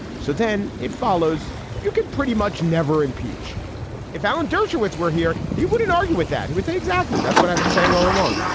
so then it follows. you could pretty much never impeach if alan dershowitz were here he wouldn't argue with that. he would say exactly. that's what i've been saying all along.